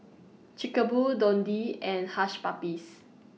Chic Boo Dundee and Hush Puppies